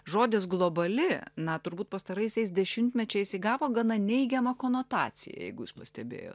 žodis globali na turbūt pastaraisiais dešimtmečiais įgavo gana neigiamą konotaciją jeigu jūs pastebėjot